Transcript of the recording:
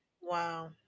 Wow